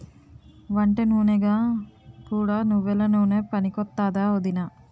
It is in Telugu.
వంటనూనెగా కూడా నువ్వెల నూనె పనికొత్తాదా ఒదినా?